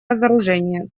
разоружения